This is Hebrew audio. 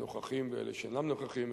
שנוכחים ושאינם נוכחים,